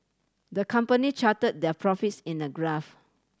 the company charted their profits in a graph